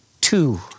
two